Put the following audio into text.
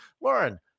Lauren